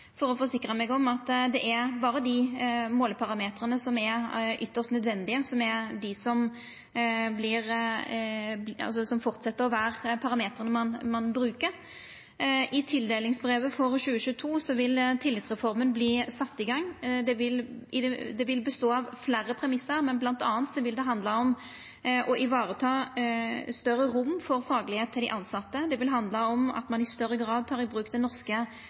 for å forsikra meg om at det berre er dei måleparametrane som er ytst nødvendige, som er dei som fortset å vera parametrane ein bruker. I tildelingsbrevet for 2022 vil tillitsreforma verta sett i gang. Det vil bestå av fleire premissar, men bl.a. vil det handla om å vareta større rom for fagkunnskap til dei tilsette. Det vil handla om at ein i større grad tek i bruk den norske